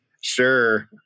Sure